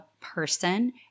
person